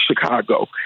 Chicago